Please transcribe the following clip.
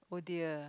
oh dear